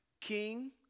king